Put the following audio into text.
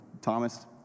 Thomas